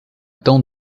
tão